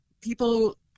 people